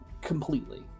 completely